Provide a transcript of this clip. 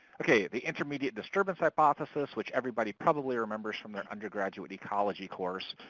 ok, the intermediate disturbance hypothesis, which everybody probably remembers from their undergraduate ecology course,